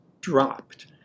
dropped